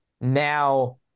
Now